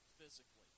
physically